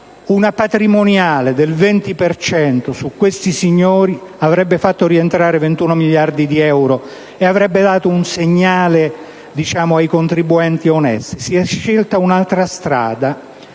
Una patrimoniale del 20 per cento su questi signori avrebbe fatto rientrare 21 miliardi di euro e avrebbe dato un segnale ai contribuenti onesti. Si è scelta un'altra strada.